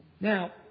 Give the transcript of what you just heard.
Now